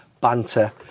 banter